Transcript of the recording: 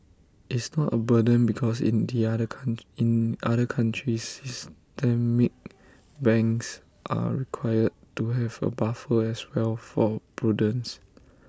it's not A burden because in the other count in other countries systemic banks are required to have A buffer as well for prudence